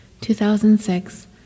2006